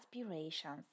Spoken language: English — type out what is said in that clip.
aspirations